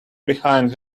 behind